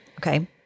Okay